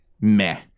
meh